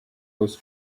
wose